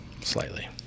Slightly